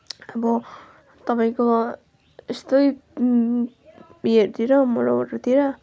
अब तपाईँको यस्तै बिहेहरूतिर मरौहरूतिर